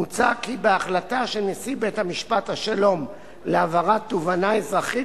מוצע כי בהחלטה של נשיא בית-משפט השלום להעברת תובענה אזרחית